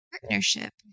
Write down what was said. partnership